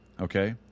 okay